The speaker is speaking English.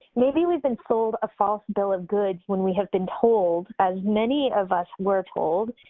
maybe we've been sold a false bill of goods when we have been told, as many of us were told.